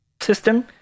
system